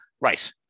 right